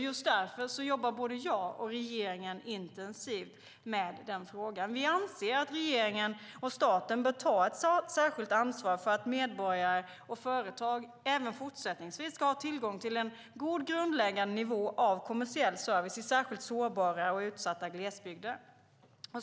Just därför jobbar både jag och regeringen intensivt med den frågan. Vi anser att regeringen och staten bör ta ett särskilt ansvar för att medborgare och företag även fortsättningsvis ska ha tillgång till en god grundläggande nivå av kommersiell service i särskilt sårbara och utsatta glesbygder.